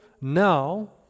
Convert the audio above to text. now